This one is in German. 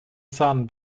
san